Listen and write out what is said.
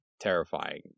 terrifying